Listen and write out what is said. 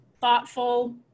thoughtful